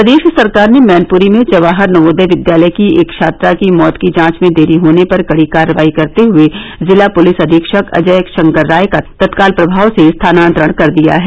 प्रदेश सरकार ने मैनपुरी में जवाहर नवोदय विद्यालय की एक छात्रा की मैत की जांच में देरी होने पर कड़ी कार्रवाई करते हुए जिला पुलिस अधीक्षक अजय शंकर राय का तत्काल प्रभाव से स्थानान्तरण कर दिया है